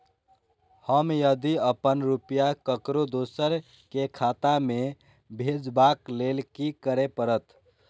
हम यदि अपन रुपया ककरो दोसर के खाता में भेजबाक लेल कि करै परत?